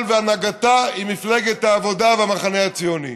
והנהגתה עם מפלגת העבודה והמחנה הציוני.